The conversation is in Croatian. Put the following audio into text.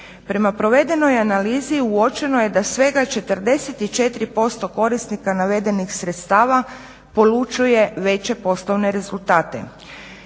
Prema provedenoj analizi uočeno je da svega 44% korisnika navedenih sredstava polučuju veće poslovne rezultate.